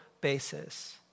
basis